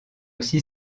aussi